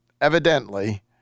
evidently